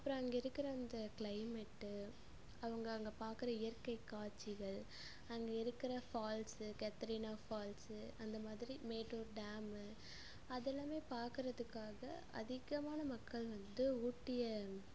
அப்பறம் அங்கே இருக்கிற அந்த கிளைமெட் அவங்க அங்கே பார்க்குற இயற்க்கை காட்சிகள் அங்கே இருக்கிற ஃபால்ஸ் கேத்ரினா ஃபால்ஸ் அந்த மாதிரி மேட்டூர் டேம் அதெல்லாமே பார்க்குறதுக்காக அதிகமான மக்கள் வந்து ஊட்டியை